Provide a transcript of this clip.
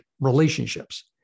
relationships